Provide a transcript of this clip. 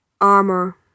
armor